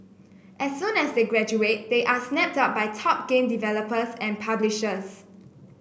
as soon as they graduate they are snapped up by top game developers and publishers